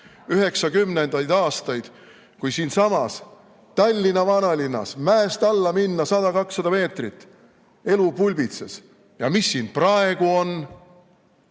90. aastaid, kui siinsamas Tallinna vanalinnas, mäest alla minna 100–200 meetrit, elu pulbitses. Ja mis siin praegu on?